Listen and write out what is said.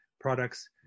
products